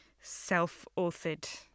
self-authored